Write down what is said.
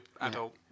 adult